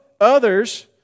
others